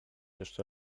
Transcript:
jeszcze